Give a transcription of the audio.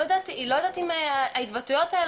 אני לא יודעת אם ההתבטאויות האלה,